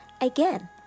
again